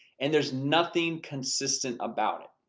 and there's nothing consistent about it.